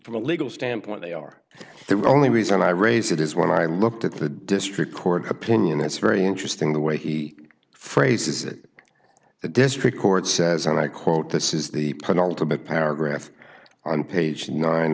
from a legal standpoint they are the only reason i raise it is when i looked at the district court opinion it's very interesting the way he phrases it the district court says and i quote this is the penultimate paragraph on page nine